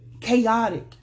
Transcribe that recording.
Chaotic